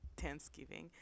Thanksgiving